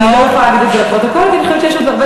אני לא יכולה להגיד את זה לפרוטוקול, כי, למה?